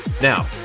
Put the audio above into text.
Now